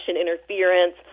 interference